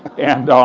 and